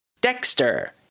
Dexter